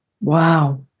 wow